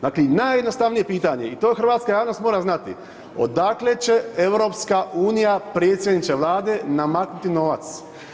Dakle, najjednostavnije pitanje i to hrvatska javnost mora znati, odakle će EU, predsjedniče vlade, namaknuti novac?